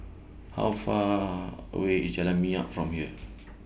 How Far away IS Jalan Minyak from here